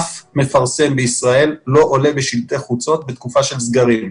אף מפרסם בישראל לא עולה בשלטי חוצות בתקופה של סגרים.